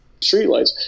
streetlights